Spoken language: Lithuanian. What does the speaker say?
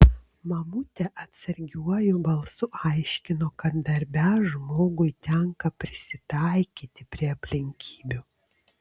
mamutė atsargiuoju balsu aiškino kad darbe žmogui tenka prisitaikyti prie aplinkybių